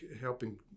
helping